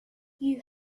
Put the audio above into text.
you